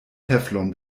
teflon